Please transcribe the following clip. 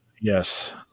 yes